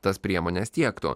tas priemones tiektų